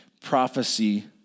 Prophecy